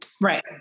Right